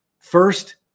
First